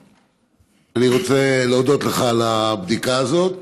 אני רוצה להודות לך על הבדיקה הזאת.